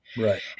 Right